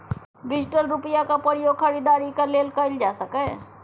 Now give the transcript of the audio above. digital रुपैयाक प्रयोग खरीदारीक लेल कएल जा सकैए